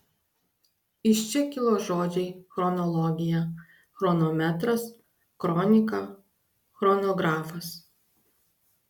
iš čia kilo žodžiai chronologija chronometras kronika chronografas